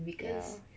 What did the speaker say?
ya